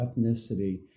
ethnicity